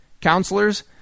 counselors